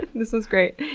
this was great!